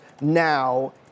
now